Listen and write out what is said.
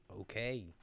Okay